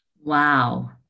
Wow